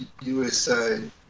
USA